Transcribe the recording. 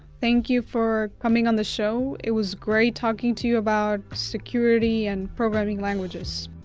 thank you for coming on the show. it was great talking to you about security and programming languages.